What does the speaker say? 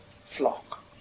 flock